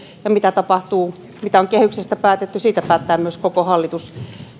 ja miten tapahtuu se mitä on kehyksessä päätetty siitä päättää myös koko hallitus